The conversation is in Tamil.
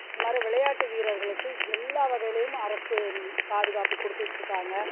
இந்த மாதிரி விளையாட்டு வீரர்களுக்கு எல்லா வகையிலேயும் அரசு பாதுகாப்பு கொடுத்துட்ருக்காங்க